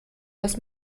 dass